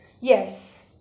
Yes